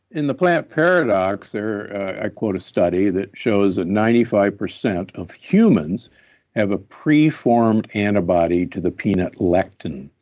in the plant paradox there, i quote a study that shows that ninety five percent of humans have a preformed antibody to the peanut lectin.